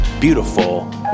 beautiful